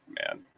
man